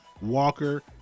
Walker